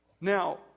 Now